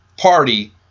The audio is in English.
party